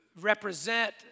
represent